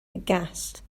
aghast